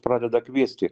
pradeda kviesti